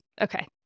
Okay